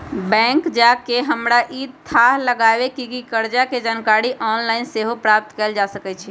bank जा कऽ हमरा इ थाह लागल कि कर्जा के जानकारी ऑनलाइन सेहो प्राप्त कएल जा सकै छै